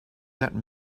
that